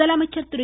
முதலமைச்சர் திரு